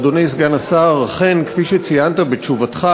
אדוני סגן השר, אכן כפי שציינת בתשובתך,